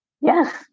Yes